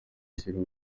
ishyirwa